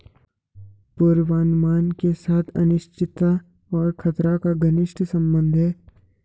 पूर्वानुमान के साथ अनिश्चितता और खतरा का घनिष्ट संबंध है